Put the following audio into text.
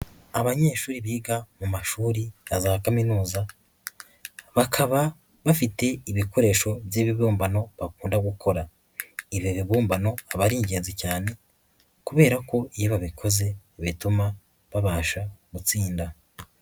Abanyeshuri biga mu mashuri na za kaminuza bakaba bafite ibikoresho by'ibibumbano bakunda gukora, ibi bibumbano aba ari ingenzi cyane kubera ko iyo babikoze bituma babasha gutsinda.